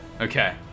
Okay